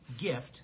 gift